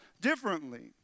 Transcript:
differently